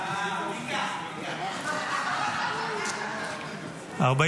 37 בדבר תוספת תקציב לא נתקבלו.